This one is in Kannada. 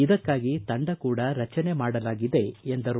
ಇದಕ್ಕಾಗಿ ತಂಡ ಕೂಡ ರಚನೆ ಮಾಡಲಾಗಿದೆ ಎಂದರು